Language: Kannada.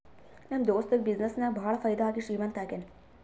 ನಮ್ ದೋಸ್ತುಗ ಬಿಸಿನ್ನೆಸ್ ನಾಗ್ ಭಾಳ ಫೈದಾ ಆಗಿ ಶ್ರೀಮಂತ ಆಗ್ಯಾನ